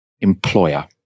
employer